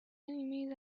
enemies